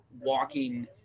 walking